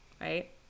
Right